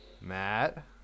Matt